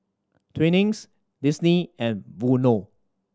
Twinings Disney and Vono